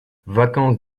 vacances